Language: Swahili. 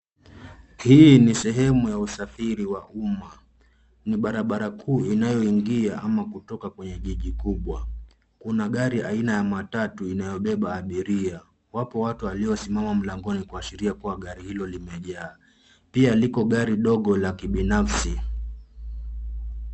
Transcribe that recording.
Hii ni sehemu ya usafiri wa umma. Ni barabara kuu inayoingia ama kutoka kwenye jiji kubwa. Kuna gari aina ya matatu inayobeba abiria. Wapo watu waliosimama mlangoni kuashiria kuwa gari hilo limejaa. Pia liko gari dogo la kibinafsi.